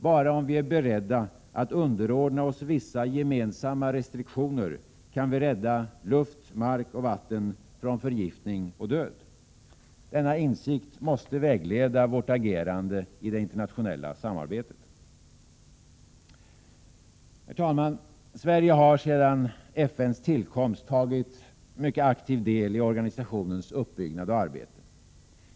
Bara om vi är beredda att underordna oss vissa gemensamma restriktioner kan vi rädda luft, mark och vatten från förgiftning och död. Denna insikt måste vägleda vårt agerande i det internationella samarbetet. Herr talman! Sverige har sedan FN:s tillkomst mycket aktivt deltagit i organisationens uppbyggnad och arbete.